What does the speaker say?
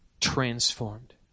transformed